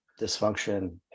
dysfunction